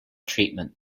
treatment